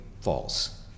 false